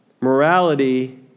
Morality